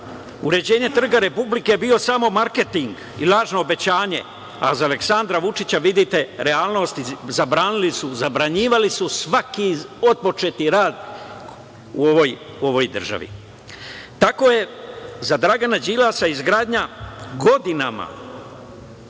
uređenje Trga republike bio samo marketing i lažno obećanje, a za Aleksandra Vučića, vidite, realnost i zabranjivali su svaki otpočeti rad u ovoj državi. Tako je za Dragana Đilasa izgradnja godinama železničke